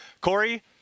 Corey